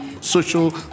social